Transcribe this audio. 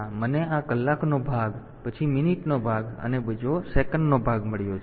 તેથી મને આ કલાકનો ભાગ પછી મિનિટનો ભાગ અને બીજો સેકન્ડનો ભાગ મળ્યો છે